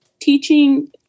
teaching